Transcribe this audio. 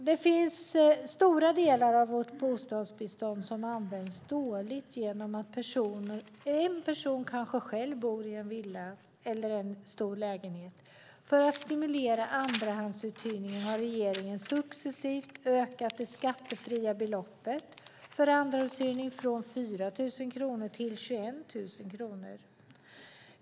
Det finns stora delar av vårt bostadsbestånd som används dåligt, genom att en person kanske bor ensam i en villa eller en stor lägenhet. För att stimulera andrahandsuthyrningen har regeringen successivt ökat det skattefria beloppet för andrahandsuthyrning från 4 000 kronor till 21 000 kronor.